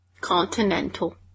Continental